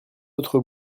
autre